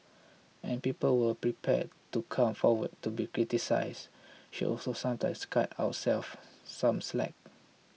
and people who are prepared to come forward to be criticised should also sometimes cut ourselves some slack